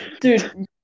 Dude